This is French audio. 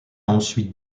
ensuite